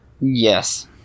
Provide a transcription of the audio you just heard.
Yes